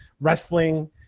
wrestling